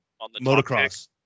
motocross